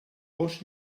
gos